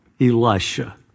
Elisha